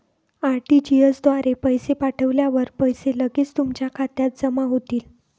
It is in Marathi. आर.टी.जी.एस द्वारे पैसे पाठवल्यावर पैसे लगेच तुमच्या खात्यात जमा होतील